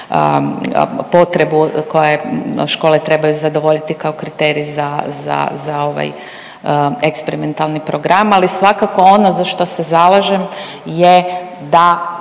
potrebu koja je, škole trebaju zadovoljiti kao kriterij za, za ovaj eksperimentalni program, ali svakako ono za što se zalažem je da